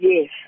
Yes